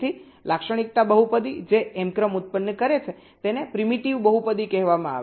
તેથી લાક્ષણિકતા બહુપદી જે m ક્રમ ઉત્પન્ન કરે છે તેને પ્રીમિટિવ બહુપદી કહેવામાં આવે છે